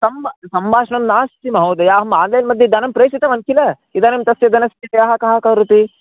सम्भा सम्भाषणं नास्ति महोदय अहं आन्लैन् मध्ये धनं प्रेषितवान् किल इदानीं तस्य धनस्य कः कः करोति